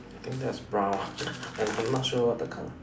I think that's brown ah I'm not sure what the color